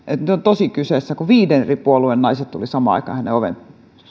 on tosi kyseessä kun viiden eri puolueen naiset tulivat samaan aikaan hänen